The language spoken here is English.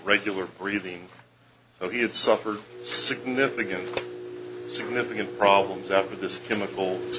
regular breathing though he had suffered significant significant problems after this chemical